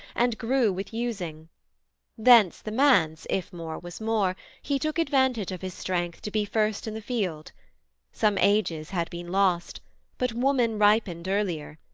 and grew with using thence the man's, if more was more he took advantage of his strength to be first in the field some ages had been lost but woman ripened earlier,